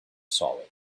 solid